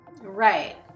right